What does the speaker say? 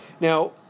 Now